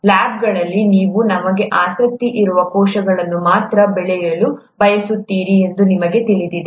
ಲ್ಯಾಬ್ಗಳಲ್ಲಿ ನೀವು ನಮಗೆ ಆಸಕ್ತಿಯಿರುವ ಕೋಶಗಳನ್ನು ಮಾತ್ರ ಬೆಳೆಯಲು ಬಯಸುತ್ತೀರಿ ಎಂದು ನಿಮಗೆ ತಿಳಿದಿದೆ